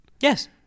Yes